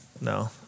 No